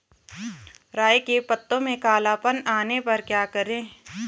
राई के पत्तों में काला पन आने पर क्या करें?